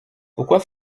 pourquoi